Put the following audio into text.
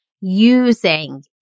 using